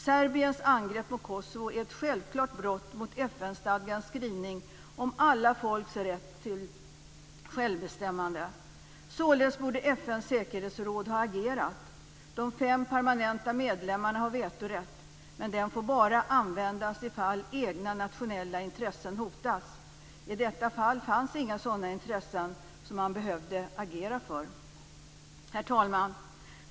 Serbiens angrepp mot Kosovo är ett självklart brott mot FN-stadgans skrivning om alla folks rätt till självbestämmande. Således borde FN:s säkerhetsråd ha agerat. De fem permanenta medlemmarna har vetorätt, men den får bara användas ifall egna nationella intressen hotas. I detta fall fanns inga sådana intressen som man behövde agera för. Herr talman!